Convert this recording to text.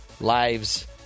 lives